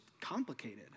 complicated